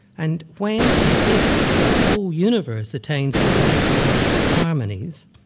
and when and if the whole universe attains the right kinds of harmonies,